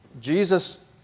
Jesus